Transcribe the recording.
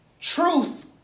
Truth